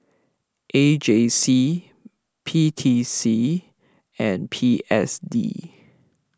A J C P T C and P S D